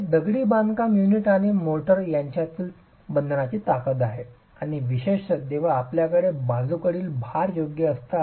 हे दगडी बांधकाम युनिट आणि मोर्टार यांच्यामधील बंधनाची ताकद आहे आणि विशेषत जेव्हा आपल्याकडे बाजूकडील भार योग्य असतात